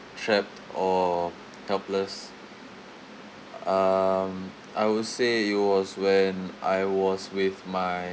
trapped or helpless um I would say it was when I was with my